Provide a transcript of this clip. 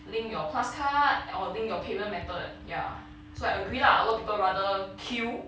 link your plus card or link your payment method ya so I agree lah a lot people rather queue